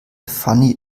fanny